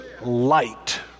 light